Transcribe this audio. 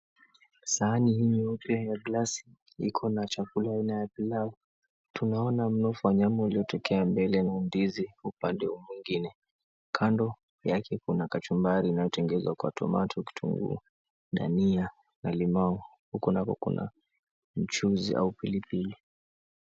Sahani hii nyeupe ya glasi iko na chakula aina ya pilau, tunaona mnofu wa nyama uliotokea mbele na ndizi upande huu mwengine. Kando yake kuna kachumbari inayotengenezwa kwa tomato , kitunguu, dania na limau, huku nako kuna mchuzi au pilipili.